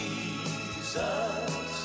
Jesus